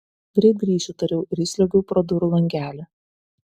greit grįšiu tariau ir įsliuogiau pro durų langelį